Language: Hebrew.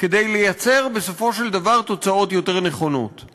כדי לייצר תוצאות נכונות יותר.